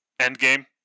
Endgame